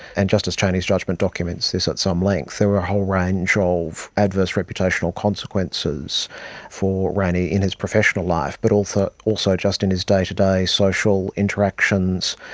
and justice chaney's judgement documents this at some length, there were a whole range of adverse reputational consequences for rayney in his professional life, but also also just in his day-to-day social interactions,